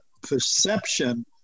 perception